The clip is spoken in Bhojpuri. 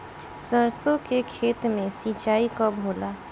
सरसों के खेत मे सिंचाई कब होला?